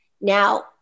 Now